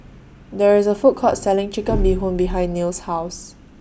There IS A Food Court Selling Chicken Bee Hoon behind Nils' House